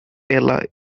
ella